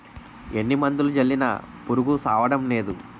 ఎన్ని మందులు జల్లినా పురుగు సవ్వడంనేదు